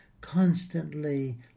constantly